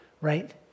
right